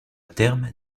terme